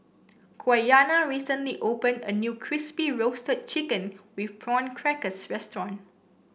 Quiana recently opened a new Crispy Roasted Chicken with Prawn Crackers restaurant